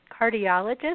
cardiologist